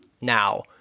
Now